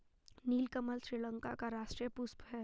नीलकमल श्रीलंका का राष्ट्रीय पुष्प है